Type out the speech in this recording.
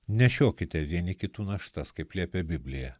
nešiokite vieni kitų naštas kaip liepia biblija